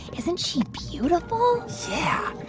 isn't she beautiful? yeah.